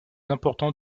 importants